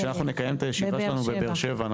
כשאנחנו נקיים את הישיבה שלנו בבאר שבע,